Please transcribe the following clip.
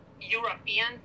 European